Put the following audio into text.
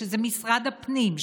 שזה משרד הפנים,